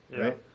right